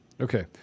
Okay